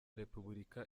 repubulika